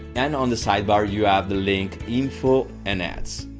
and on the sidebar you have the link info and ads.